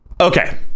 Okay